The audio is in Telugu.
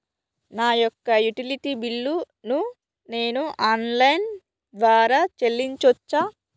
నా యొక్క యుటిలిటీ బిల్లు ను నేను ఆన్ లైన్ ద్వారా చెల్లించొచ్చా?